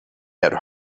had